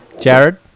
Jared